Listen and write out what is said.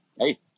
hey